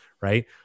right